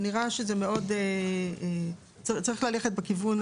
זה נראה שזה צריך ללכת בכיוון